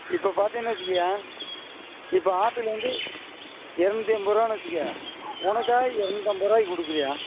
இப்போ பார்த்தீயின்னு வைச்சுக்கய்யா இப்போ ஆப்பிள் வந்து இரநூத்தி எண்பது ரூபாய்னு வைச்சுக்க உனக்காக இரநூத்தி ஐம்பது ரூபாய்க்கு கொடுக்குதுய்யா